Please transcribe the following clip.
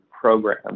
program